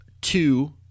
two